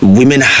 women